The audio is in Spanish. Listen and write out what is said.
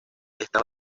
está